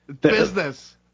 business